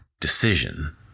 decision